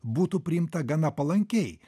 būtų priimta gana palankiai